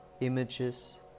images